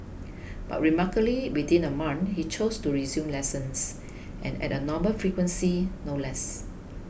but remarkably within a month he chose to resume lessons and at a normal frequency no less